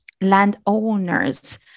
Landowners